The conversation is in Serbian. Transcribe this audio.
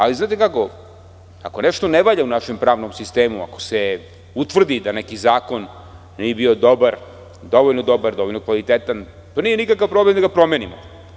Ali, znate kako, ako nešto ne valja u našem pravnom sistemu, ako se utvrdi da neki zakon nije bio dobar, dovoljno dobar i dovoljno kvalitetan, nije nikakav problem ni da ga promenimo.